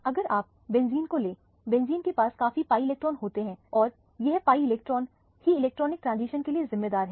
अगर आप बेंजीन को ले बेंजीन के पास काफी pi इलेक्ट्रॉन होते हैं और यह pi इलेक्ट्रॉन ही इलेक्ट्रॉनिक ट्रांजिशन के लिए जिम्मेदार हैं